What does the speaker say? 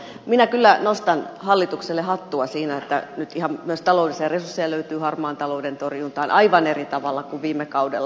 minä kyllä nostan hallitukselle hattua siinä että nyt ihan myös taloudellisia resursseja löytyy harmaan talouden torjuntaan aivan eri tavalla kuin viime kaudella